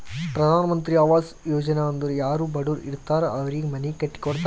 ಪ್ರಧಾನ್ ಮಂತ್ರಿ ಆವಾಸ್ ಯೋಜನಾ ಅಂದುರ್ ಯಾರೂ ಬಡುರ್ ಇರ್ತಾರ್ ಅವ್ರಿಗ ಮನಿ ಕಟ್ಟಿ ಕೊಡ್ತಾರ್